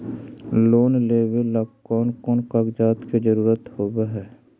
Loan लेबे ला कौन कौन कागजात के जरुरत होबे है?